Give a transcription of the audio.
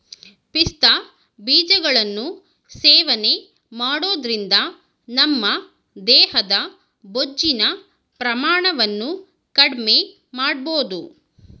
ಪಿಸ್ತಾ ಬೀಜಗಳನ್ನು ಸೇವನೆ ಮಾಡೋದ್ರಿಂದ ನಮ್ಮ ದೇಹದ ಬೊಜ್ಜಿನ ಪ್ರಮಾಣವನ್ನು ಕಡ್ಮೆಮಾಡ್ಬೋದು